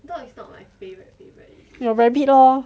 your rabbit loh